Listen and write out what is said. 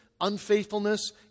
unfaithfulness